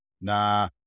nah